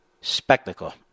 spectacle